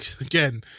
again